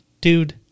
Dude